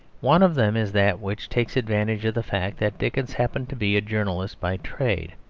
one of them is that which takes advantage of the fact that dickens happened to be a journalist by trade.